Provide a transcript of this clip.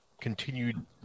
continued